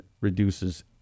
reduces